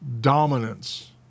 dominance